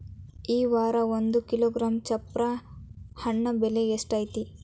ಈ ವಾರ ಒಂದು ಕಿಲೋಗ್ರಾಂ ಚಪ್ರ ಹಣ್ಣ ಬೆಲೆ ಎಷ್ಟು ಐತಿ?